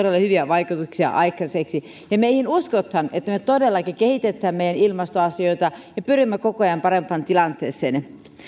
hyviä vaikutuksia aikaiseksi ja meihin uskotaan siinä että me todellakin kehitämme meidän ilmastoasioitamme ja pyrimme koko ajan parempaan tilanteeseen